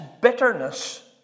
bitterness